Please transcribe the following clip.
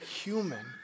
human